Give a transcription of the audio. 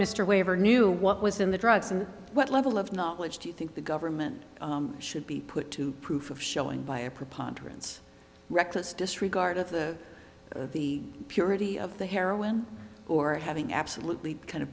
mr waiver knew what was in the drugs and what level of knowledge do you think the government should be put to proof of showing by a preponderance reckless disregard of the the purity of the heroin or having absolutely kind of